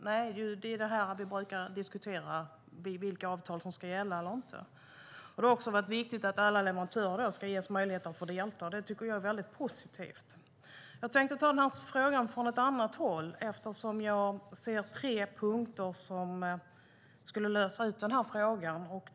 Det är det som vi brukar diskutera, vilka avtal som ska gälla eller inte. Det har också varit viktigt att alla leverantörer ska ges möjlighet att delta. Det tycker jag är positivt. Jag tänker titta på frågan från ett annat håll. Jag ser nämligen tre punkter som skulle lösa frågan.